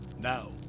Now